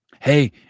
Hey